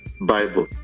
Bible